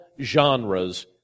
genres